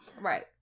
Right